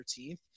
13th